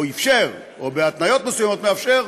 או אִפשר, או בהתניות מסוימות מאפשר,